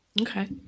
Okay